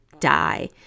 die